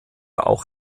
auch